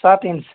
سات انچ